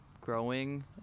growing